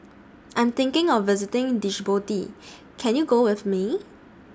I Am thinking of visiting Djibouti Can YOU Go with Me